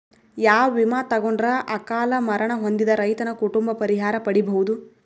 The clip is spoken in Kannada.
ಯಾವ ವಿಮಾ ತೊಗೊಂಡರ ಅಕಾಲ ಮರಣ ಹೊಂದಿದ ರೈತನ ಕುಟುಂಬ ಪರಿಹಾರ ಪಡಿಬಹುದು?